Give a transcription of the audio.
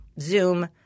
Zoom